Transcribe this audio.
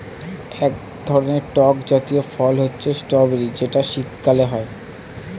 এক ধরনের টক জাতীয় ফল হচ্ছে স্ট্রবেরি যেটা শীতকালে হয়